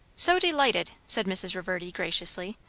so delighted! said mrs. reverdy graciously.